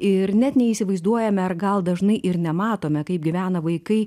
ir net neįsivaizduojame ar gal dažnai ir nematome kaip gyvena vaikai